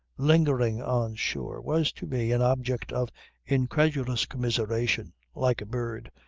lingering on shore, was to me an object of incredulous commiseration like a bird,